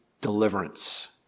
deliverance